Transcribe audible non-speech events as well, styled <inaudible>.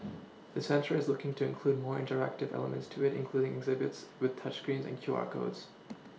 <noise> the centre is looking to include more interactive elements to it including exhibits with touch screens and Q R codes